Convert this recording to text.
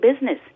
business